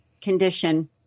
condition